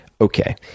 Okay